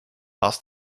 asked